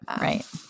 right